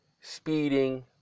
speeding